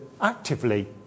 actively